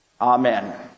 Amen